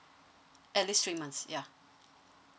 at least three months ya